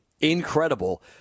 incredible